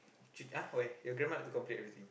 ah where your grandma like to complete everything